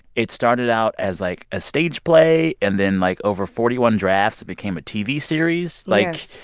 it started out as, like, a stage play. and then, like, over forty one drafts, it became a tv series. like.